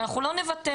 ואנחנו לא נוותר.